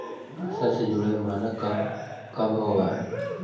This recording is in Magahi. फसल से जुड़ल मानक का का होव हइ?